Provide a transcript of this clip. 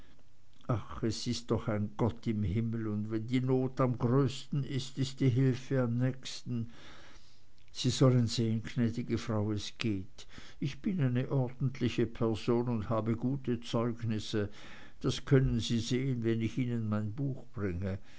ach es ist doch ein gott im himmel und wenn die not am größten ist ist die hilfe am nächsten sie sollen sehn gnäd'ge frau es geht ich bin eine ordentliche person und habe gute zeugnisse das können sie sehn wenn ich ihnen mein buch bringe